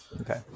Okay